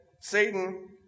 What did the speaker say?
Satan